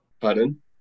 pardon